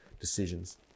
decisions